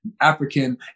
African